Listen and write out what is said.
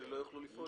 שלא יוכלו לפעול?